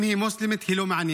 אם היא מוסלמית היא לא מעניינת,